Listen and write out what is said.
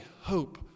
hope